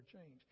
change